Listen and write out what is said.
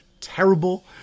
terrible